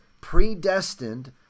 predestined